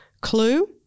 Clue